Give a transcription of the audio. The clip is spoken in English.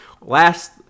last